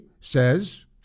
says